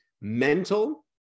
mental